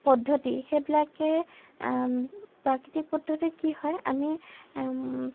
পদ্ধতি সেইবিলাকে প্ৰাকৃতিক পদ্ধতিত কি হয় আমি